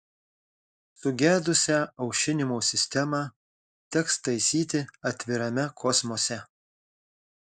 sugedusią aušinimo sistemą teks taisyti atvirame kosmose